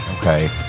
Okay